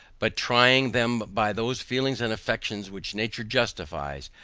but trying them by those feelings and affections which nature justifies,